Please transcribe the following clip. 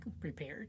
prepared